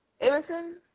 Emerson